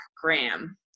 Graham